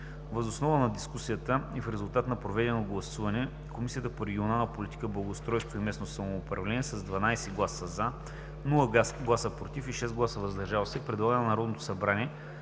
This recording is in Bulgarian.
Въз основа на дискусията и в резултат на проведеното гласуване, Комисията по регионална политика, благоустройство и местно самоуправление – с 12 гласа „за“, без „против“ и 6 гласа „въздържали се“, предлага на Народното събрание